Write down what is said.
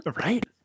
Right